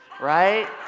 right